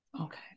Okay